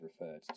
referred